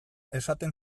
esaten